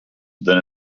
then